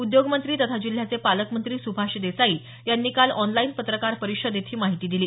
उद्योगमंत्री तथा जिल्ह्याचे पालकमंत्री सुभाष देसाई यांनी काल ऑनलाईन पत्रकार परिषदेत ही माहिती दिली